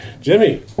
jimmy